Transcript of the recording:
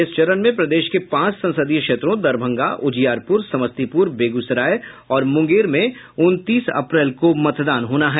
इस चरण में प्रदेश के पांच संसदीय क्षेत्रों दरभंगा उजियारपुर समस्तीपुर बेगूसराय और मुंगेर में उनतीस अप्रैल को मतदान होना है